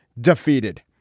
defeated